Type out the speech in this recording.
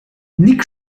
nick